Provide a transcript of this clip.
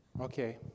Okay